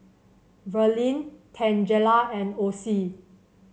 Verlin Tangela and Osie